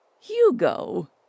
Hugo